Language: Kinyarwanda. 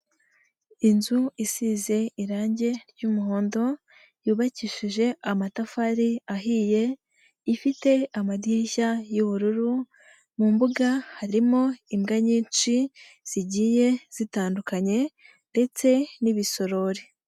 Inzu isize irange ry'umuhondo yubakishije amatafari ahiye, ifite amadirishya y'ubururu, mu mbuga harimo imbwa nyinshi zigiye zitandukanye ndetse n'ibisorori.